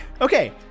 Okay